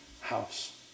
house